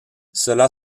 cela